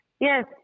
Yes